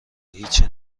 هیچی